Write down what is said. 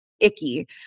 icky